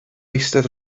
eistedd